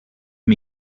you